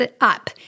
up